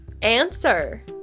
answer